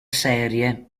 serie